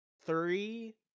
three